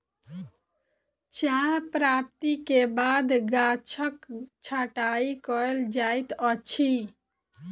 चाह प्राप्ति के बाद गाछक छंटाई कयल जाइत अछि